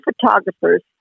photographers